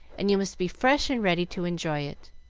and you must be fresh and ready to enjoy it.